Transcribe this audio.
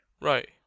Right